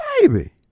Baby